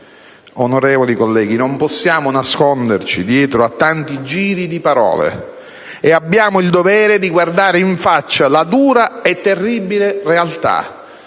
Onorevoli colleghi, non possiamo nasconderci dietro tanti giri di parole e abbiamo il dovere di guardare in faccia la dura e terribile realtà.